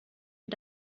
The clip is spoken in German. wie